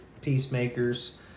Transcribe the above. peacemakers